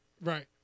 Right